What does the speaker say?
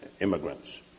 immigrants